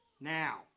Now